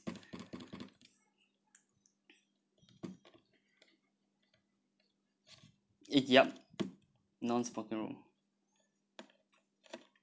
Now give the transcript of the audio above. it yup non-smoking room